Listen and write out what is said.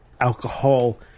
alcohol